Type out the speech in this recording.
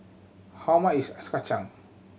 how much is ice kacang